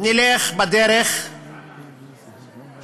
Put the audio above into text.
נלך בדרך שתאפשר